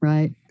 Right